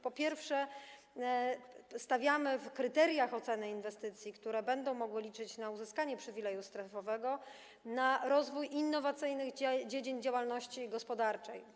Po pierwsze, w kryteriach oceny inwestycji, które będą mogły liczyć na uzyskanie przywileju strefowego, stawiamy na rozwój innowacyjnych dziedzin działalności gospodarczej.